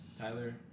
Tyler